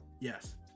Yes